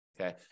Okay